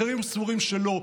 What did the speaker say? אחרים סבורים שלא,